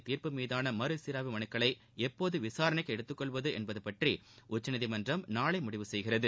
தீர்ப்பு மீதான மறுசீராய்வு மனுக்களை எப்போது விசாரணைக்கு எடுத்து கொள்வது என்பது பற்றி உச்சநீதிமன்றம் நாளை முடிவு செய்கிறது